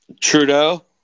Trudeau